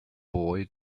boy